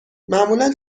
معمولا